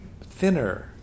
thinner